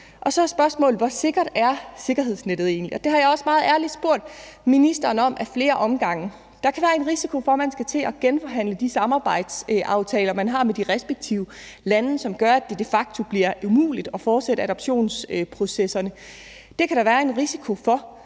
Så er spørgsmålet: Hvor sikkert er sikkerhedsnettet egentlig? Det har jeg også meget direkte spurgt ministeren om af flere omgange. Der kan være en risiko for, at man skal til at genforhandle de samarbejdsaftaler, man har med de respektive lande, som gør, at det de facto bliver umuligt at fortsætte adoptionsprocesserne. Det kan der være en risiko for.